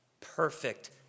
perfect